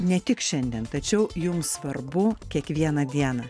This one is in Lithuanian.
ne tik šiandien tačiau jums svarbu kiekvieną dieną